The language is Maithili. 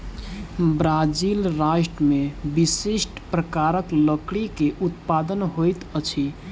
ब्राज़ील राष्ट्र में विशिष्ठ प्रकारक लकड़ी के उत्पादन होइत अछि